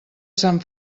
sant